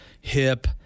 hip